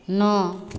नौ